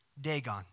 Dagon